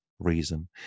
reason